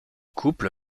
couple